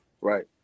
Right